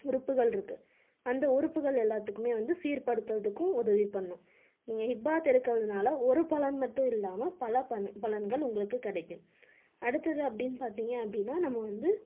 உறுப்புகளிருக்கு அந்த உறுப்புகள் எல்லாத்துக்கும் வந்து சீர்படுத்துறதுக்கும் உதவி பண்ணும் நீங்கள் ஹிப்பாத் எடுக்கிறதுனால ஒரு பலன் மட்டும் இல்லாமல் பல பலன்கள் உங்களுக்கு கிடைக்கும் அடுத்தது அப்படீன்னு பார்த்தீங்க அப்படீன்னா நம்ம வந்து